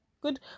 Good